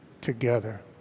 together